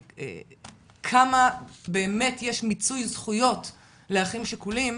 וכמה באמת יש מיצוי זכויות לאחים שכולים,